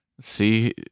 see